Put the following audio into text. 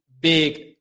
big